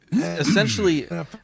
essentially